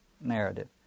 narrative